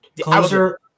Closer